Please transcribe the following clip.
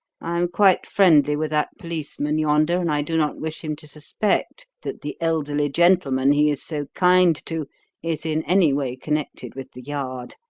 i am quite friendly with that policeman yonder and i do not wish him to suspect that the elderly gentleman he is so kind to is in any way connected with the yard.